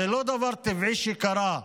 הם לא דבר טבעי שקרה,